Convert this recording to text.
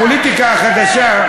הפוליטיקה החדשה,